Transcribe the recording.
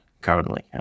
currently